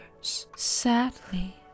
Sadly